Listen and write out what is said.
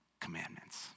commandments